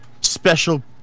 special